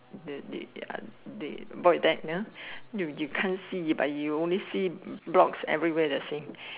they void deck ya you you can't see but you know see blocks every where the same